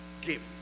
give